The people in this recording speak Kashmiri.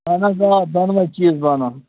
اَہَن حظ آ دۅنوے چیٖز بَنَن